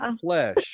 flesh